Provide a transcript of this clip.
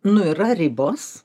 nu yra ribos